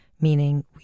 meaning